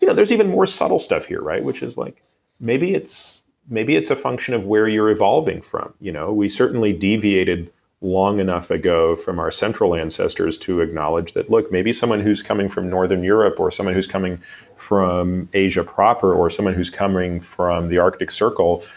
you know there's even more subtle stuff here, which is like maybe it's maybe it's a function of where you're evolving from. you know we certainly deviated long enough ago from our central ancestors to acknowledge that look, maybe someone who's coming from northern europe or somebody who's coming from asia proper, or someone who's coming from the arctic circle,